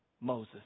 Moses